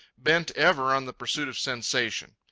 bent ever on the pursuit of sensation.